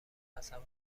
تصور